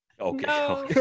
Okay